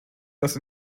was